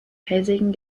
felsigen